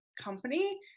company